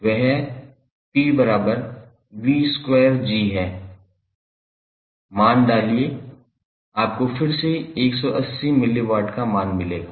वह 𝑝𝑣2𝐺 है मान डालिए आपको फिर से 180 मिलीवाट का मान मिलेगा